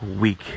week